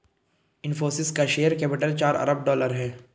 इनफ़ोसिस का share capital चार अरब डॉलर है